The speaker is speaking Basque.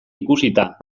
ikusita